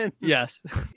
Yes